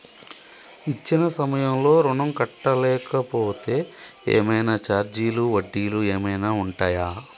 ఇచ్చిన సమయంలో ఋణం కట్టలేకపోతే ఏమైనా ఛార్జీలు వడ్డీలు ఏమైనా ఉంటయా?